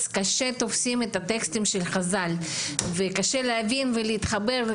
תופסים את הטקסטים של חז"ל וקשה להבין ולהתחבר,